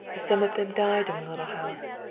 some of them died in the little house,